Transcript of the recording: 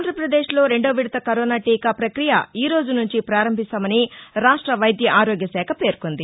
ఆంధ్రపదేశ్లో రెండో విడత కరోనా లీకా పక్రియ ఈ రోజు నుంచి పారంభిస్తామని రాష్ట వైద్య ఆరోగ్య శాఖ పేర్కొంది